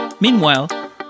Meanwhile